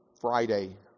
Friday